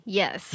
yes